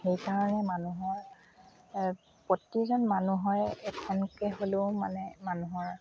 সেই কাৰণে মানুহৰ প্ৰতিজন মানুহৰে এখনকৈ হ'লেও মানে মানুহৰ